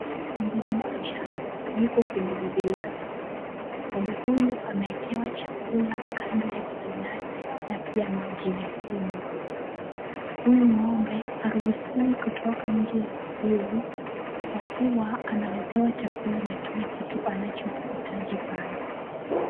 Ng'ombe mmoja yuko kwenye zizi lake, ng'ombe huyu amewekewa chakula kando ya zizi lake na pia maji ya kunywa. Huyu ng'ombe haruhusiwi kutoka nje ya zizi kwa kuwa analetewa chakula na kila kitu anachokihitaji pale.